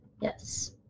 Yes